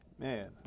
Man